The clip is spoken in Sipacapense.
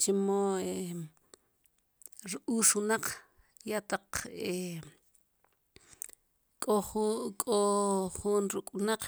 chemo r-uus wnaq ya taq k'o ju k'o jun ruk' wnaq